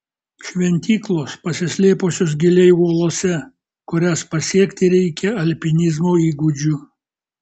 šventyklos pasislėpusios giliai uolose kurias pasiekti reikia alpinizmo įgūdžių